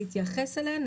נתייחס אליהן,